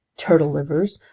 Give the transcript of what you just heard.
turtle livers,